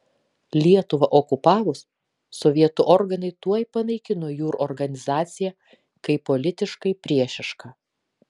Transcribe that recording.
lietuvą okupavus sovietų organai tuoj panaikino jūr organizaciją kaip politiškai priešišką